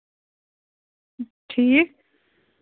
ٹھیٖک